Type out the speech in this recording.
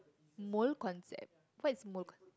mole concept what is mole con~